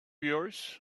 yours